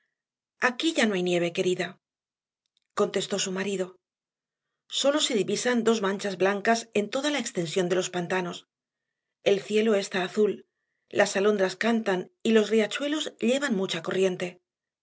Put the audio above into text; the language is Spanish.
aquí ya no hay nieve querida contestó su marido sólo se divisan dos manchas blancas en toda la extensión de los pantanos el cielo está azul las alondras cantan y los riachuelos llevan mucha corriente